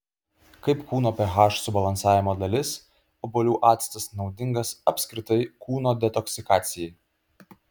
kaip kūno ph subalansavimo dalis obuolių actas naudingas apskritai kūno detoksikacijai